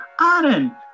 Aaron